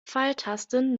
pfeiltasten